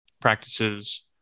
practices